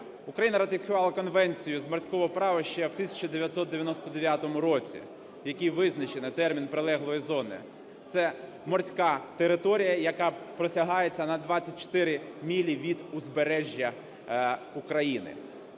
Україна ратифікувала Конвенцію з морського права ще в 1999 році, в якій визначено термін "прилеглої зони". Це морська територія, яка протягається на 24 милі від узбережжя України.